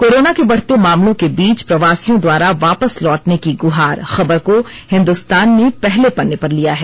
corona के बढ़ते मामलों के बीच प्रवासियों द्वारा वापस लौटने की गुहार खबर को हिन्दुस्तान ने पहले पन्ने पर लिया है